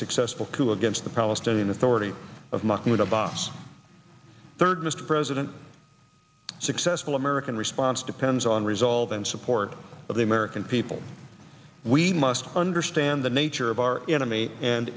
successful coup against the palestinian authority of mahmoud abbas third mr president successful american response depends on resolve and support of the american people we must understand the nature of our enemy and